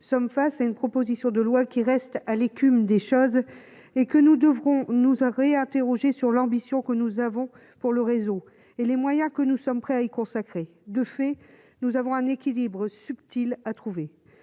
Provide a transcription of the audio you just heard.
nous sommes face à une proposition de loi qui reste à l'écume des choses et que nous devrons nous à réinterroger sur l'ambition que nous avons pour le réseau et les moyens que nous sommes prêts à y consacrer, de fait, nous avons un équilibre subtil à trouver,